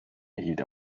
erhielt